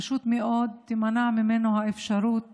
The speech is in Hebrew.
פשוט מאוד תימנע ממנו האפשרות